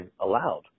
allowed